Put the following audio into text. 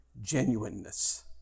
genuineness